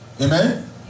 Amen